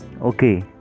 okay